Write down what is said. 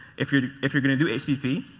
if you're if you're going to do http,